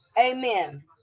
Amen